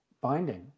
binding